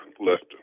left